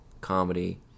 comedy